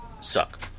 suck